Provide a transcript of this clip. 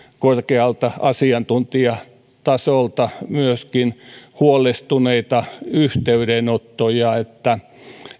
korkealta asiantuntijatasolta myöskin huolestuneita yhteydenottoja että